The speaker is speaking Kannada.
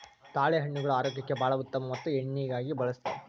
ತಾಳೆಹಣ್ಣುಗಳು ಆರೋಗ್ಯಕ್ಕೆ ಬಾಳ ಉತ್ತಮ ಮತ್ತ ಎಣ್ಣಿಗಾಗಿ ಬಳ್ಸತಾರ